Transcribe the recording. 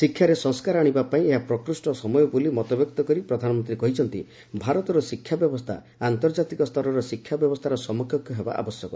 ଶିକ୍ଷାରେ ସଂସ୍କାର ଆଣିବା ପାଇଁ ଏହା ପ୍ରକୃଷ୍ଣ ସମୟ ବୋଲି ମତବ୍ୟକ୍ତ କରି ପ୍ରଧାନମନ୍ତ୍ରୀ କହିଛନ୍ତି ଭାରତର ଶିକ୍ଷା ବ୍ୟବସ୍କା ଆନ୍ତର୍ଜାତିକ ସ୍ତରର ଶିକ୍ଷା ବ୍ୟବସ୍କାର ସମକକ୍ଷ ହେବା ଆବଶ୍ୟକ